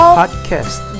podcast